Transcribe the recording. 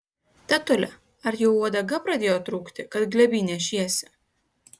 tetule ar jau uodega pradėjo trūkti kad glėby nešiesi